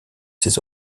ses